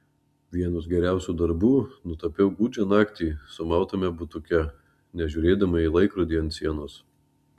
vienus geriausių darbų nutapiau gūdžią naktį sumautame butuke nežiūrėdama į laikrodį ant sienos